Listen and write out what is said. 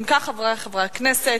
חברי חברי הכנסת,